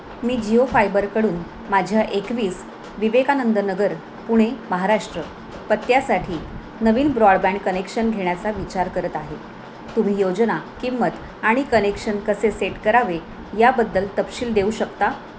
मी जिओ फायबरकडून माझ्या एकवीस विवेकानंद नगर पुणे महाराष्ट्र पत्त्यासाठी नवीन ब्रॉडबँड कनेक्शन घेण्याचा विचार करत आहे तुम्ही योजना किंमत आणि कनेक्शन कसे सेट करावे याबद्दल तपशील देऊ शकता